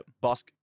Boss